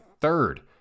third